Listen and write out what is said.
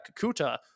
Kakuta